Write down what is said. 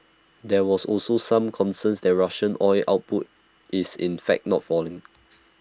there was also some concern that Russian oil output is in fact not falling